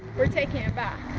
are taking it back!